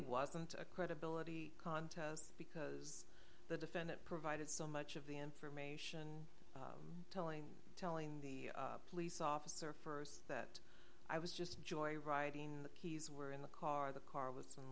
wasn't a credibility contest because the defendant provided so much of the information i'm telling telling the police officer first that i was just joyriding the keys were in the car the car with some